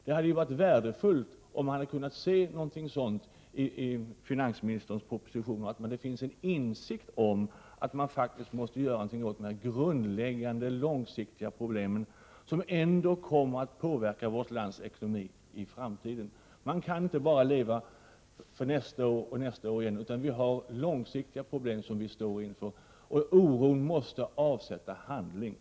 Det hade varit värdefullt om man av finansministerns proposition hade kunnat se att det finns en insikt om att man faktiskt måste göra någonting åt de grundläggande, långsiktiga problemen, som ändå kommer att påverka vårt lands ekonomi i framtiden. Man kan inte leva för bara nästa år och nästa år igen, utan vi står inför långsiktiga problem, och oron för det måste resultera i handling.